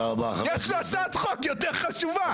יש לו הצעת חוק יותר חשובה.